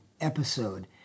episode